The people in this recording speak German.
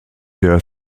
der